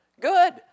Good